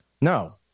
No